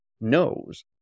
knows